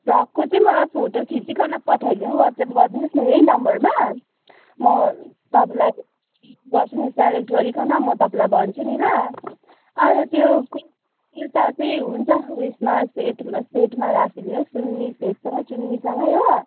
फ्रकको चाहिँ मलाई फोटो खिचिकन पठाइदिनु वाट्सएप गरिदिनुहोस् न यही नम्बरमा म तपाईँलाई गर्छु नि सेलेक्ट गरिकन म तपाईँलाई भन्छु नि ल अन्त त्यो कुर्ता चाहिँ हुन्छ उयेमा सेटमा सेटमा राखिदिनुहोस् चुन्नी सेटसँगै चुन्नीसँगै हो